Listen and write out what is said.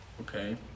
Okay